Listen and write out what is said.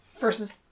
Versus